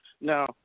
Now